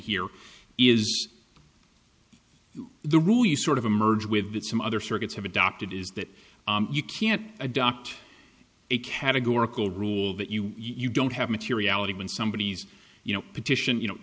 here is the rule you sort of emerge with some other circuits have adopted is that you can't adopt a categorical rule that you you don't have materiality when somebody says you know petition you know